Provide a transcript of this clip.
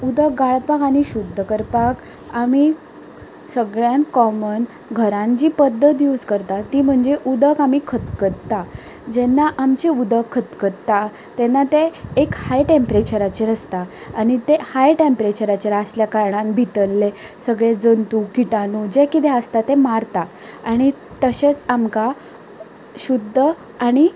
उदक घाळपाक आनी शुद्ध करपाक आनी सगळ्यांत कॉमन घरांत जी पद्धत यूज करतात ती म्हणजे उदक आमी खतखत्ता जेन्ना आमचें उदक खतखत्ता तेन्ना तें एक हाय टेंमप्रेचराचेर आसता आनी तें हाय टेंमप्रेचराचेर आसले कारणान भितरले सगळे जंतू किटाणू जें कितें आसता तें मारता आनी तशेंच आमकां शुद्ध आनी